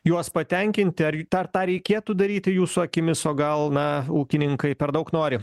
juos patenkinti ar į dar tą reikėtų daryti jūsų akimis o gal na ūkininkai per daug nori